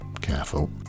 Careful